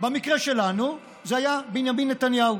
במקרה שלנו זה היה בנימין נתניהו,